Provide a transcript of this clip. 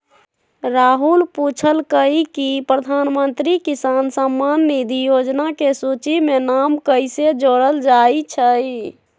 राहुल पूछलकई कि प्रधानमंत्री किसान सम्मान निधि योजना के सूची में नाम कईसे जोरल जाई छई